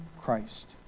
Christ